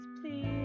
please